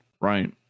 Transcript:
right